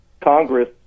Congress